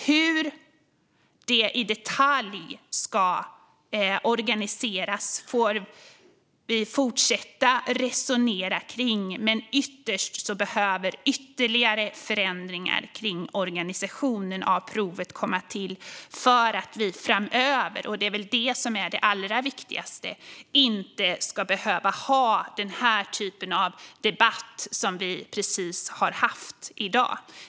Hur det ska organiseras i detalj får vi fortsätta att resonera om. Men ytterst behöver ytterligare förändringar av organisationen av provet komma till för att vi inte framöver - det är väl det allra viktigaste - ska behöva ha den typ av debatt som vi just har haft i dag.